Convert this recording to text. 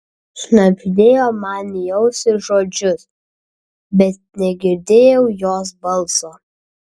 šnabždėjo man į ausį žodžius bet negirdėjau jos balso